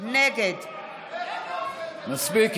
נגד מספיק.